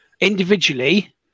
Individually